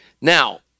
now